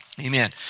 Amen